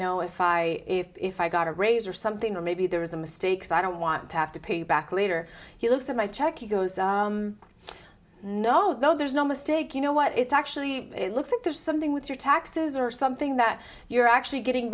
know if i if i got a raise or something or maybe there was a mistake so i don't want to have to pay you back later he looked at my check you go no there's no mistake you know what it's actually looks like there's something with your taxes or something that you're actually getting